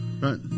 Right